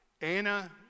Anna